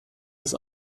des